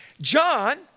John